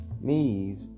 knees